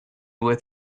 with